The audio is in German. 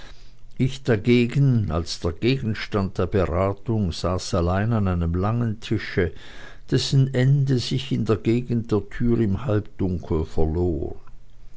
ich dagegen als der gegenstand der beratung saß allein an einem langen tische dessen ende sich in der gegend der türe im halbdunkel verlor